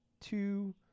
two